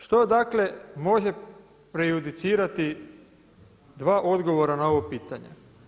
Što dakle može prejudicirati dva odgovora na ovo pitanje.